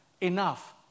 enough